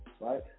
Right